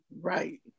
right